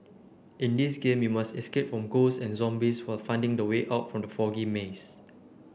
in this game you must escape from ghosts and zombies while finding the way out from the foggy maze